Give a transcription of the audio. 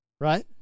Right